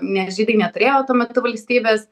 nes žydai neturėjo tuo metu valstybės